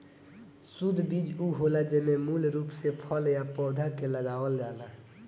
शुद्ध बीज उ होला जेमे मूल रूप से फल या पौधा के लगावल जाला